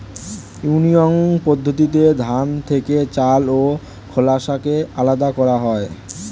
winnowing পদ্ধতিতে ধান থেকে চাল ও খোসাকে আলাদা করা হয়